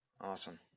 Awesome